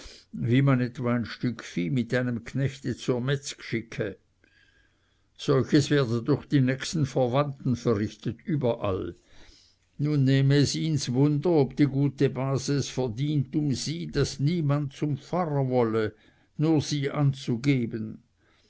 wie man etwa ein stück vieh mit einem knechte zur metzg schicke solches werde durch die nächsten verwandten verrichtet überall nun nehme es ihns wunder ob die gute base es verdient um sie daß niemand zum pfarrer wolle um sie anzugeben